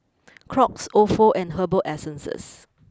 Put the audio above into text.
Crocs Ofo and Herbal Essences